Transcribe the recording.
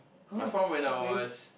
I form when I was